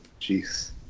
jeez